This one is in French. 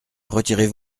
retirez